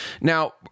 Now